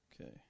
Okay